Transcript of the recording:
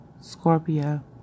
Scorpio